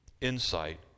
insight